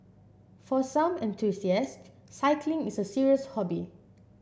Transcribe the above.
for some enthusiast cycling is a serious hobby